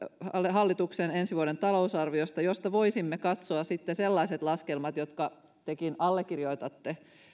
hallituksen ensi vuoden talousarviosta josta voisimme katsoa sitten sellaiset laskelmat jotka tekin allekirjoitatte